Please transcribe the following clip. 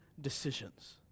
decisions